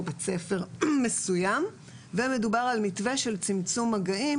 בית ספר מסוים ומדובר על מתווה של צמצום מגעים,